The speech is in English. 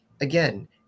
again